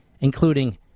including